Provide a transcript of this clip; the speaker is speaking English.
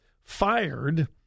fired